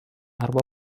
arba